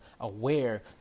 aware